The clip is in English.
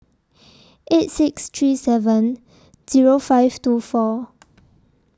eight six three seven Zero five two four